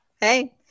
hey